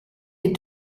les